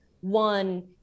one